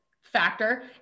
factor